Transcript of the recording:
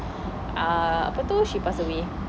uh apa tu she passed away